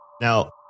Now